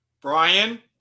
Brian